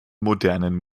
modernen